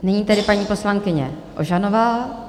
Nyní tedy paní poslankyně Ožanová.